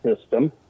system